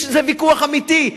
זה ויכוח אמיתי,